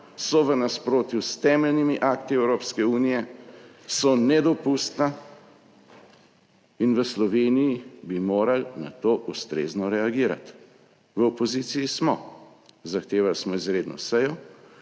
so v nasprotju s temeljnimi akti Evropske unije, so nedopustna in v Sloveniji bi morali na to ustrezno reagirati. V opoziciji smo: zahtevali smo izredno sejo,